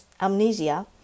amnesia